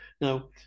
Now